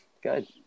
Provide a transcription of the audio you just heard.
Good